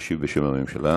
ישיב בשם הממשלה.